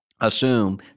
assume